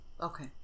Okay